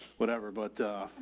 whatever. but a